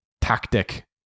tactic